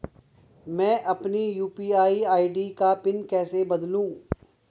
मैं अपनी UPI ID का पिन कैसे बदलूं?